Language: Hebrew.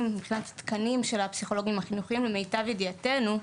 מבחינת תקנים של הפסיכולוגים החינוכיים למיטב ידיעתנו.